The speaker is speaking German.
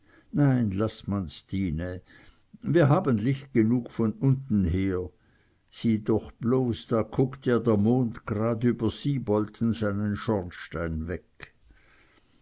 nein laß man stine wir haben licht genug von unten her sieh doch bloß da kuckt ja der mond grad über sieboldten seinen schornstein weg